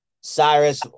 Cyrus